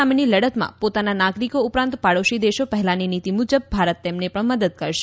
સામેની લડતમાં પોતાના નાગરિકો ઉપરાંત પાડોશી દેશો પહેલાની નીતિ મુજબ ભારત તેમને પણ મદદ કરશે